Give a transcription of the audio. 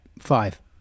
five